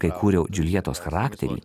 kai kūriau džiuljetos charakterį